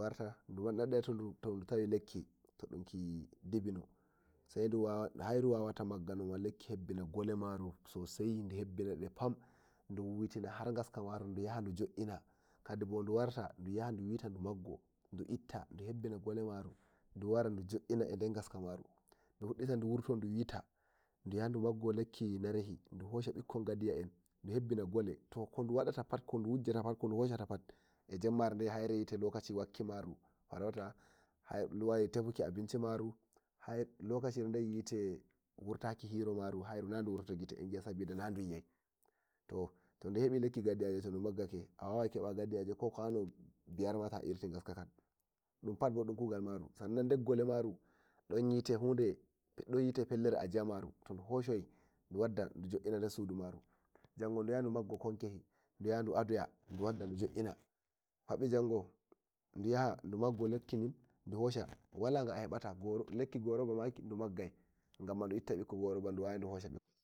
yahadu do warta to du tawi lekki dibino sai hairu wawato gabba likki hebbina gole maru sosai du hebbi de pam du wutina har gaska maru duyaha duwarta duwita duwarta du maggo du wita du hebbina gole maru ɗuwara dujo ina eder gaska maru duyaha du gambo lekki narehi eh bikko gadiya du hebbina gole to kadu watta pat kodu wujjata fat ko du hoshata fat e jemmare den wite lokaci maru eh tefuki abinci maru lokaciyel gel wite wurtaki hiro maru no dudon wurto gite eh gi'a sabida nadu todu hebi lekki gadiya a wawai keba gadiyaje ba kwa no biyar ni ta irti gaska kakan dum fat bo dun kugal maru sannan der gole maru don yite pellel a jiya maru to du Hoshi ayi du wadda du jo'ina eh der sudu maru Kadin bo du yahai du gambo wa konkeje du adowa du wadda du jo'ina fabi jango du yahay du gambo lekki num wala ga ahe bata goruba du gabbai gam du ittai bikkon goruba tato.